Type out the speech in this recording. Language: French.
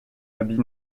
habit